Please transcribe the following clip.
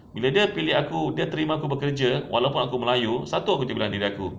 bila dia pilih aku terima aku bekerja walaupun aku melayu satu jer aku bilang diri aku